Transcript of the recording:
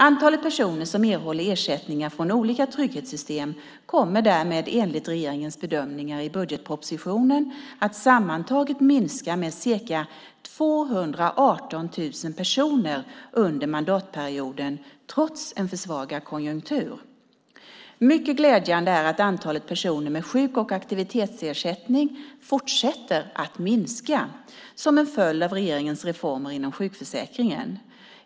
Antalet personer som erhåller ersättningar från olika trygghetssystem kommer därmed enligt regeringens bedömningar i budgetpropositionen att sammantaget minska med ca 218 000 personer under mandatperioden, trots en försvagad konjunktur. Mycket glädjande är att antalet personer med sjuk och aktivitetsersättning fortsätter att minska, som en följd av regeringens reformer inom sjukförsäkringen.